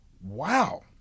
Wow